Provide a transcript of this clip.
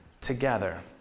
together